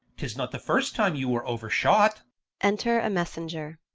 tis not the first time you were ouer-shot. enter a messenger.